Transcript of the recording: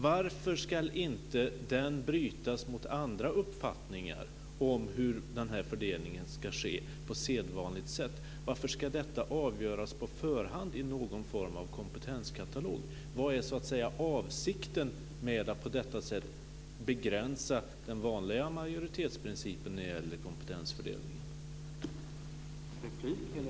Varför ska inte den brytas mot andra uppfattningar om hur den fördelningen ska ske på sedvanligt sätt? Varför ska detta avgöras på förhand i någon form av kompetenskatalog? Vad är avsikten med att på detta sätt begränsa den vanliga majoritetsprincipen när det gäller kompetensfördelningen?